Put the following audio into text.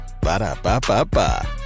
Ba-da-ba-ba-ba